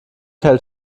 hält